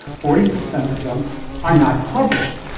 forty percent of them are not published.